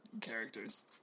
characters